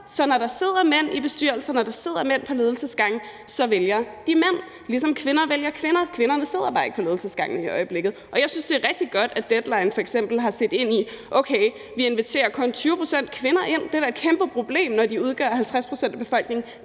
Så når der sidder mænd i bestyrelser, eller når der sidder mænd på ledelsesgangen, så vælger de mænd, ligesom kvinder vælger kvinder. Kvinderne sidder bare ikke på ledelsesgangene i øjeblikket, og jeg synes, det er rigtig godt, at man i Deadline f.eks. har set ind i det og sagt: Okay, vi inviterer kun 20 pct. kvinder ind, og det er da et kæmpeproblem, når de udgør 50 pct. af befolkningen,